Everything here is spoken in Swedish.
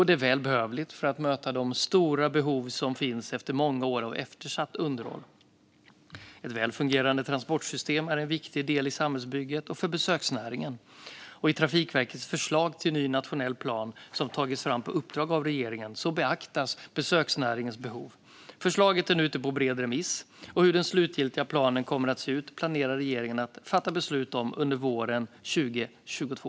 Det är välbehövligt för att möta de stora behov som finns efter många år av eftersatt underhåll. Ett väl fungerande transportsystem är en viktig del i samhällsbygget och för besöksnäringen. I Trafikverkets förslag till ny nationell plan, som har tagits fram på uppdrag av regeringen, beaktas besöksnäringens behov. Förslaget är ute på en bred remiss. Hur den slutliga planen kommer att se ut planerar regeringen att fatta beslut om under våren 2022.